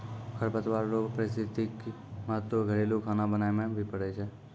खरपतवार रो पारिस्थितिक महत्व घरेलू खाना बनाय मे भी पड़ै छै